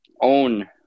own